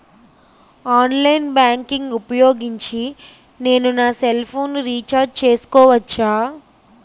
Online banking ఊపోయోగించి నేను నా సెల్ ఫోను ని రీఛార్జ్ చేసుకోవచ్చా?